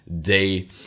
day